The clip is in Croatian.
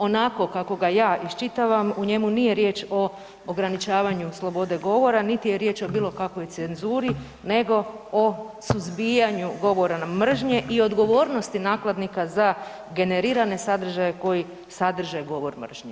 Onako kako ga ja iščitavam u njemu nije riječ o ograničavanju slobode govora, niti je riječ o bilo kakvoj cenzuri, nego o suzbijanju govora mržnje i odgovornosti nakladnika za generirane sadržaje koji sadrže govor mržnje.